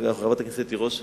גם חברת הכנסת תירוש.